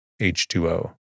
H2O